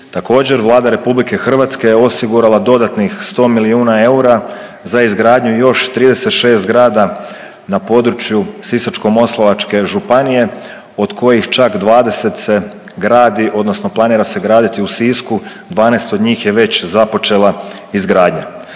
Također Vlada RH je osigurala dodatnih 100 milijuna eura za izgradnju još 36 zgrada na području Sisačko-moslavačke županije, od kojih čak 20 se gradi odnosno planira se graditi u Sisku, 12 od njih je već započela izgradnja.